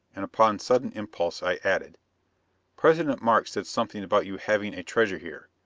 and upon sudden impulse, i added president markes said something about you having a treasure here.